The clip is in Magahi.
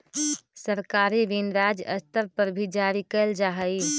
सरकारी ऋण राज्य स्तर पर भी जारी कैल जा हई